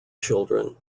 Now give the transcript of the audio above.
children